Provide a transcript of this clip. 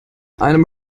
einem